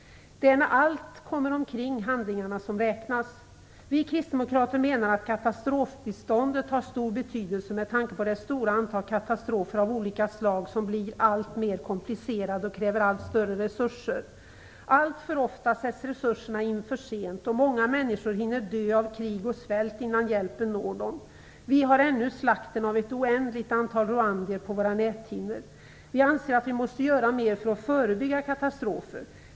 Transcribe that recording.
Det är när allt kommer omkring handlingarna som räknas. Vi kristdemokrater menar att katastrofbiståndet har stor betydelse med tanke på det stora antal katastrofer av olika slag som blir alltmer komplicerade och kräver allt större resurser. Alltför ofta sätts resurserna in för sent och många människor hinner dö av krig och svält innan hjälpen når dem. Vi har ännu slakten av ett oändligt antal rwandier på våra näthinnor. Vi anser att vi måste göra mer för att förebygga katastrofer.